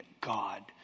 God